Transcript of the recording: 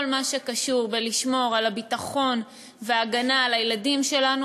כל מה שקשור בשמירה על הביטחון וההגנה של הילדים שלנו,